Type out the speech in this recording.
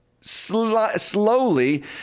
slowly